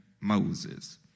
Moses